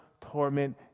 torment